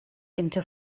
into